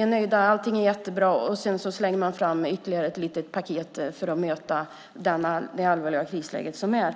är nöjda, att allting är jättebra och att sedan slänga fram ytterligare ett litet paket för att möta det allvarliga krisläge som är.